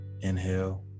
Inhale